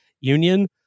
union